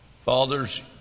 Fathers